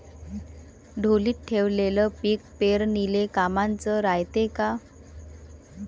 ढोलीत ठेवलेलं पीक पेरनीले कामाचं रायते का?